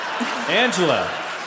Angela